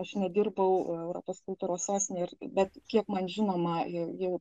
aš nedirbau europos kultūros sostinėj ir bet kiek man žinoma ji jau